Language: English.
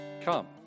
Come